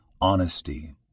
honesty